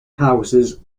houses